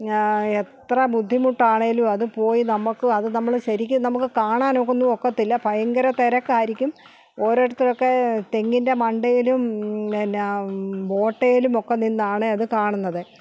എത്ര ബുദ്ധിമുട്ടാണെങ്കിലും അത് പോയി നമുക്ക് അത് നമ്മൾ ശരിക്ക് നമുക്ക് കാണാനൊന്നും ഒക്കത്തില്ല ഭയങ്കര തിരക്കായിരിക്കും ഓരോരുത്തരൊക്കെ തെങ്ങിന്റെ മണ്ടയിലും പിന്നെ ബോട്ടിലും ഒക്കെ നിന്നാണ് അത് കാണുന്നത്